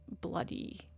bloody